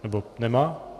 Nebo nemá?